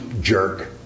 jerk